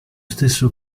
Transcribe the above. stesso